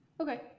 Okay